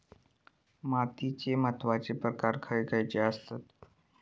मातीचे महत्वाचे प्रकार खयचे आसत?